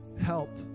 help